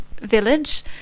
village